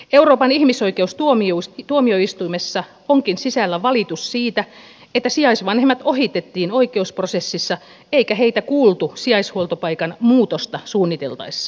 euroopan ihmisoikeustuomioistuimessa onkin sisällä valitus siitä että sijaisvanhemmat ohitettiin oikeusprosessissa eikä heitä kuultu sijaishuoltopaikan muutosta suunniteltaessa